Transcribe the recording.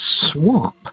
swamp